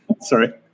Sorry